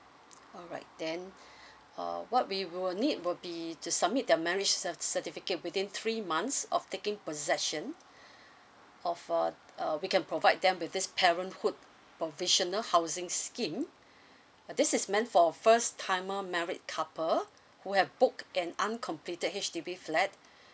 alright then uh what we will need will be to submit their marriage cert certificate within three months of taking possession of uh uh we can provide them with this parenthood provisional housing scheme but this is meant for first timer married couple who have book an uncompleted H_D_B flat